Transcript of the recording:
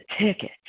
ticket